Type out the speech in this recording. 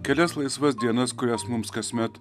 kelias laisvas dienas kurias mums kasmet